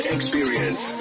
Experience